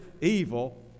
evil